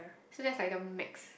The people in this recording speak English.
so that's like the max